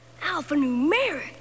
Alphanumeric